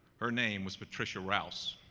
her name was patricia rouse.